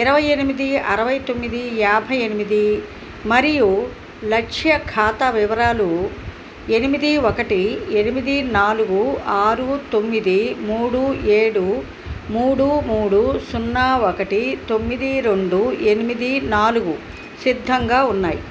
ఇరవై ఎనిమిది అరవై తొమ్మిది యాభై ఎనిమిది మరియు లక్ష ఖాతా వివరాలు ఎనిమిది ఒకటి ఎనిమిది నాలుగు ఆరు తొమ్మిది మూడు ఏడు మూడు మూడు సున్నా ఒకటి తొమ్మిది రెండు ఎనిమిది నాలుగు సిద్ధంగా ఉన్నాయి